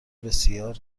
بسیار